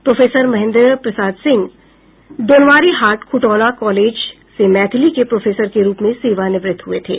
professor Mahendra Prasad Singh Donwarihat Khutauna college से मैथिलीक professor के रूप में सेवानिवृत्त हुये थे